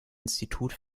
institut